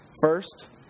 First